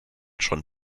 schon